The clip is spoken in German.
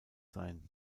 sein